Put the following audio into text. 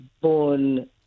born